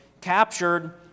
captured